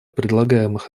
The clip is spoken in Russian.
предлагаемых